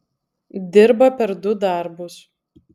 dirba per du darbus